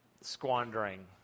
squandering